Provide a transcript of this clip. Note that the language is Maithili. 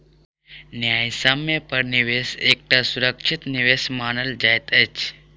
न्यायसम्य पर निवेश एकटा सुरक्षित निवेश मानल जाइत अछि